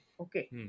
Okay